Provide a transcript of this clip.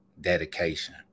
dedication